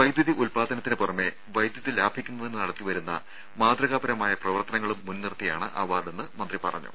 വൈദ്യുതി ഉത്പാദനത്തിന് പുറമെ വൈദ്യുതി ലാഭിക്കുന്നതിന് നടത്തിവരുന്ന മാതൃകാപരമായ പ്രവർത്തനങ്ങളും മുൻനിർത്തിയാണ് അവാർഡെന്ന് മന്ത്രി പറഞ്ഞു